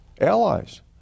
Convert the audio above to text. allies